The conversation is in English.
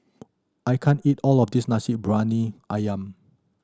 I can't eat all of this Nasi Briyani Ayam